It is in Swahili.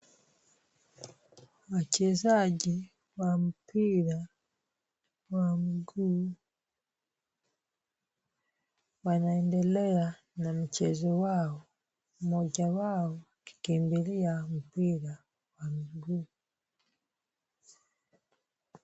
Wachezaji wa mpira wa miguu wanaendelea na mchezo wao mmoja wao akikimbilia mpira wa mguu.